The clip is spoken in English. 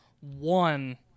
one